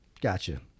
Gotcha